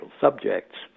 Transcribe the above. subjects